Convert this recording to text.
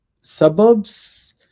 Suburbs